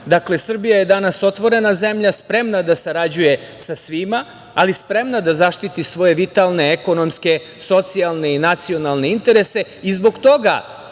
Dakle, Srbija je danas otvorena zemlja, spremna da sarađuje sa svima, ali spremna da zaštiti svoje vitalne ekonomske, socijalne i nacionalne interese i zbog toga